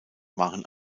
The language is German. waren